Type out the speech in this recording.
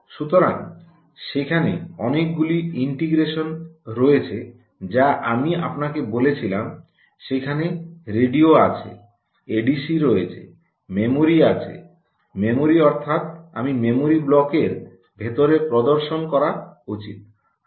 সুতরাং সেখানে অনেকগুলি ইন্টিগ্রেশন রয়েছে যা আমি আপনাকে বলেছিলাম সেখানে রেডিও আছে এডিসি রয়েছে মেমরি আছে মেমরি অর্থাৎ আমি মেমরি ব্লকের ভিতরে প্রদর্শন করা উচিত